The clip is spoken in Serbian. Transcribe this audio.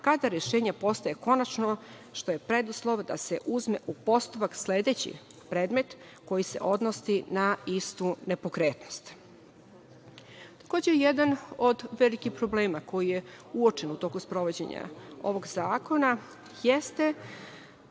kada rešenje postaje konačno, što je preduslov da se uzme u postupak sledeći predmet koji se odnosi na istu nepokretnost. Takođe, jedan od velikih problema koji je uočen u toku sprovođenja ovog zakona jeste